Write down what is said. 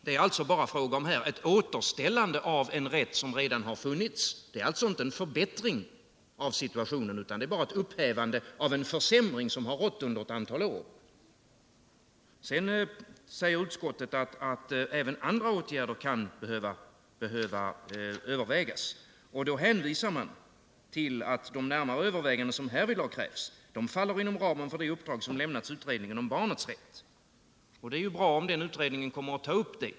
Det var alltså bara fråga om ett återställande av en rätt som redan funnits — inte en förbättring av situationen utan bara ett upphävande av en försämring som rått under ett antal år. Sedan säger utskottet att även andra åtgärder kan behöva övervägas och hänvisar till att dessa närmare överväganden faller inom ramen för det uppdrag som lämnats till utredningen om barnens rätt. Det är bra om utredningen kommer att ta upp detta.